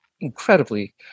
incredibly